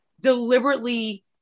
deliberately